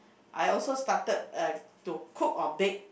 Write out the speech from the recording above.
I also started uh to cook or bake